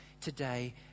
today